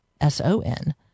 S-O-N